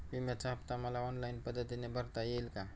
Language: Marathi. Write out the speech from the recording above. विम्याचा हफ्ता मला ऑनलाईन पद्धतीने भरता येईल का?